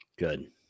good